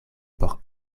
por